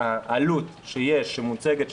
העלות שמוצגת,